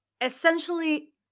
essentially